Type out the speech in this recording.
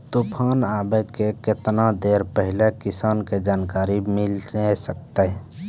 तूफान आबय के केतना देर पहिले किसान के जानकारी मिले सकते?